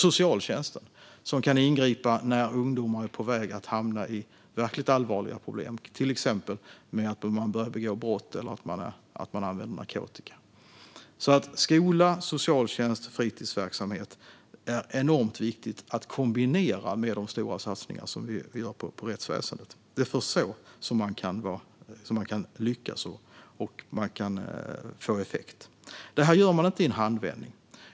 Socialtjänsten kan ingripa när ungdomar är på väg att hamna i verkligt allvarliga problem, till exempel om de har börjat begå brott eller använder narkotika. Det är alltså enormt viktigt att kombinera satsningar på skola, socialtjänst och fritidsverksamhet med de stora satsningar vi gör på rättsväsendet. Det är först då man kan lyckas och få effekt. Detta gör man dock inte i en handvändning.